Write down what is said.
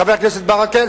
חבר הכנסת ברכה,